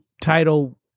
title